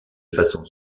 façon